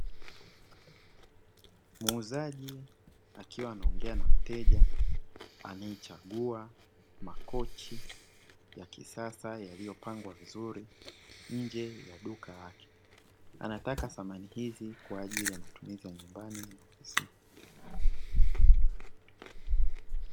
Muuzaji akiwa anaongea na mteja anayechagua makochi ya kisasa yaliyopangwa vizuri nje ya duka lake, anataka samani hizi kwaajili ya matumizi ya nyumbani na ofisini.